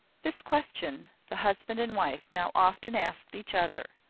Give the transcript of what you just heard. this question the husband and wife now often asked each other,